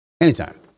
anytime